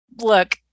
look